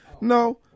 no